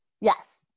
yes